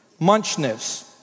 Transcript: munchness